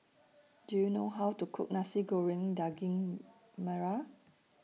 Do YOU know How to Cook Nasi Goreng Daging Merah